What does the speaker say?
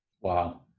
Wow